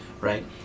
right